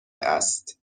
است